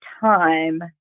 time